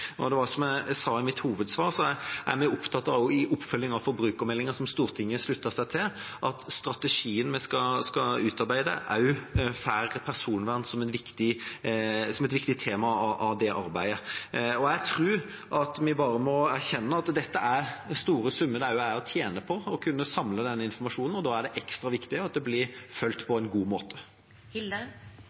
Som jeg sa i mitt hovedsvar: I arbeidet med oppfølgingen av forbrukermeldingen, som Stortinget sluttet seg til, er jeg opptatt av at strategien vi skal utarbeide, også får personvern som et viktig tema. Jeg tror vi bare må erkjenne at det er store summer å tjene på å kunne samle denne informasjonen, og da er det ekstra viktig at det blir fulgt opp på en god måte.